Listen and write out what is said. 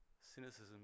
Cynicism